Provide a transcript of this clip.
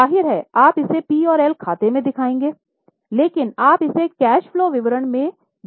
जाहिर है आप इसे पी और एल खाता में दिखाएँगे लेकिन आप इसे कैश फलो विवरण में भी दिखाएँगे